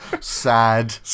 Sad